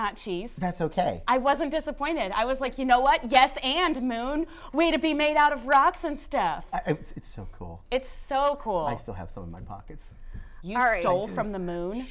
not cheese that's ok i wasn't disappointed i was like you know what yes and my own way to be made out of rocks and stuff it's so cool it's so cool i still have some of my pockets you are told from the moon